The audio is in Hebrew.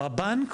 זה בכלל לא משנה.